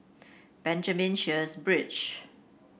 Benjamin Sheares Bridge